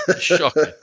shocking